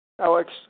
Alex